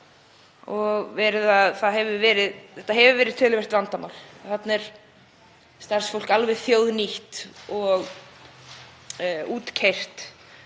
Þetta hefur verið töluvert vandamál. Þarna er starfsfólk alveg þjóðnýtt og útkeyrt